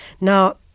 Now